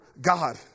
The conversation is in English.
God